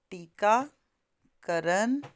ਟੀਕਾਕਰਨ